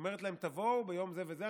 ואומרת להם: תבואו ביום זה וזה,